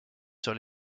sur